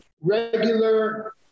regular